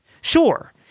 Sure